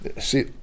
See